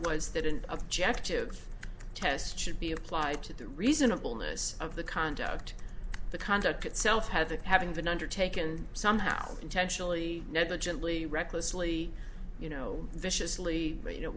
was that an objective test should be applied to the reasonableness of the conduct the conduct itself had that having been undertaken somehow intentionally negligently recklessly you know viciously you know